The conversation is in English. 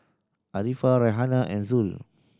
Arifa Raihana and Zul